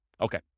Okay